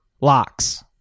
locks